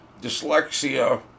dyslexia